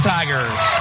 Tigers